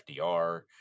FDR